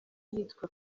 yitwa